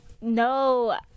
No